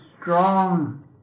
strong